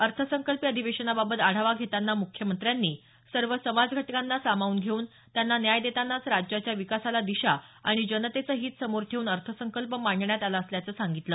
अर्थसंकल्पीय अधिवेशनाबाबत आढावा घेताना मुख्यमंत्र्यांनी सर्व समाज घटकांना सामावून घेवून त्यांना न्याय देतानांच राज्याच्या विकासाला दिशा आणि जनतेचं हित समोर ठेवून अर्थसंकल्प मांडण्यात आला असल्याचं सांगितलं